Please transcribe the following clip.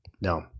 No